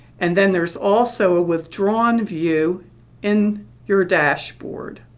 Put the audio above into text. and then there's also a withdrawn view in your dashboard.